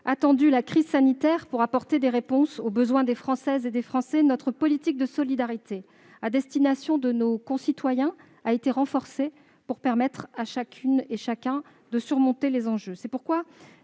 attendu la crise sanitaire pour apporter des réponses aux besoins des Françaises et des Français, notre politique de solidarité à destination de nos concitoyens a été renforcée pour permettre à chacune et chacun de surmonter la situation.